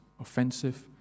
offensive